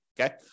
okay